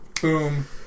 boom